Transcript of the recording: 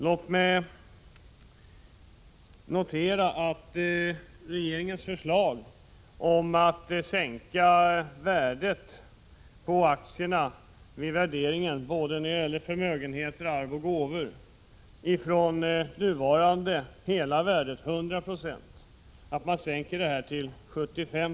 Låt mig notera att regeringen föreslår att man skall sänka värdet på aktier från nuvarande 100 96 till 75 96 både när det gäller beskattning av förmögenheter, arv och gåvor.